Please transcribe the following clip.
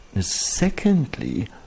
secondly